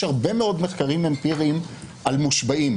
יש הרבה מאוד מחקרים אמפיריים על מושבעים.